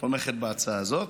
בהצעה הזאת.